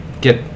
get